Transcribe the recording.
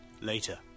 Later